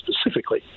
specifically